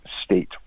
state